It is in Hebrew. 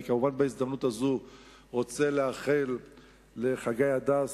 מובן שבהזמנות הזאת אני רוצה לאחל לחגי הדס,